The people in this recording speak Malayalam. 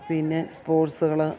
പിന്നെ സ്പോർട്സുകൾ